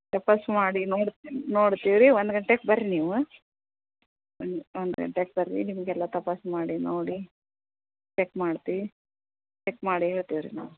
ತಪಾಸು ಮಾಡಿ ನೋಡಿ ನೋಡ್ತಿವಿ ರೀ ಒಂದು ಗಂಟೆಗೆ ಬನ್ರಿ ನೀವು ಒಂದು ಒಂದು ಗಂಟೆಗೆ ಬನ್ರಿ ನಿಮಗೆಲ್ಲ ತಪಾಸು ಮಾಡಿ ನೋಡಿ ಚೆಕ್ ಮಾಡ್ತಿವಿ ಚೆಕ್ ಮಾಡಿ ಹೇಳ್ತೀವಿ ರೀ ನಾವು